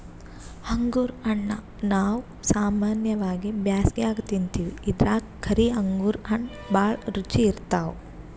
ಅಂಗುರ್ ಹಣ್ಣಾ ನಾವ್ ಸಾಮಾನ್ಯವಾಗಿ ಬ್ಯಾಸ್ಗ್ಯಾಗ ತಿಂತಿವಿ ಇದ್ರಾಗ್ ಕರಿ ಅಂಗುರ್ ಹಣ್ಣ್ ಭಾಳ್ ರುಚಿ ಇರ್ತವ್